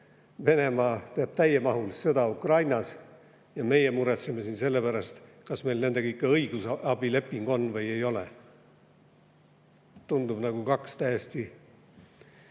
Venemaa peab täiemahulist sõda Ukrainas ja meie muretseme siin selle pärast, kas meil nendega õigusabileping on või ei ole. Tundub nagu kaks täiesti